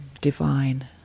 divine